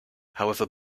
however